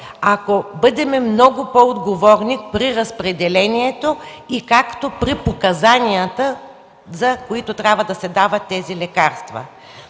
ако бъдем много по-отговорни при разпределението както и при показанията, за които трябва да се дават тези лекарства.